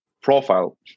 profile